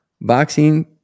Boxing